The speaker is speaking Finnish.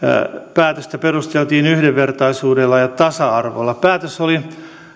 päätöstä perusteltiin yhdenvertaisuudella ja tasa arvolla päätös oli